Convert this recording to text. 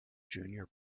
junior